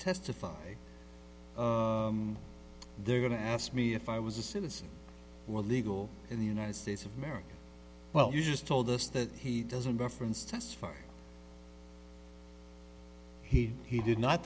testify they're going to ask me if i was a citizen or legal in the united states of america well you just told us that he doesn't reference test first he he did not